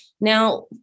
Now